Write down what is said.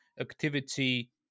activity